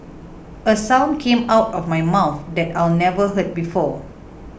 a sound came out of my mouth that I'd never heard before